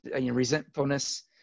resentfulness